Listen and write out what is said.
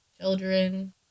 children